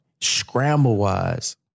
scramble-wise